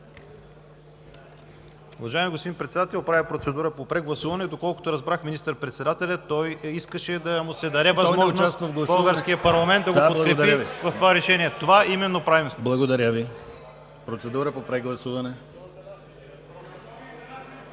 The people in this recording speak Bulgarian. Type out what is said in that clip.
Благодаря Ви. Процедура по прегласуване.